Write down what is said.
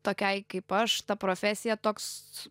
tokiai kaip aš ta profesija toks